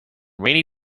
rainy